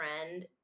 friend